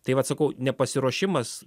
tai vat sakau nepasiruošimas